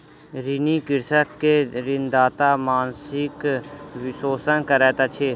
ऋणी कृषक के ऋणदाता मानसिक शोषण करैत अछि